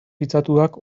pitzatuak